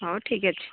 ହଉ ଠିକ୍ ଅଛି